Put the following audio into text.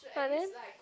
but then